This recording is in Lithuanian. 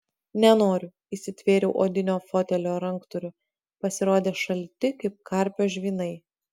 nenoriu įsitvėriau odinio fotelio ranktūrių pasirodė šalti kaip karpio žvynai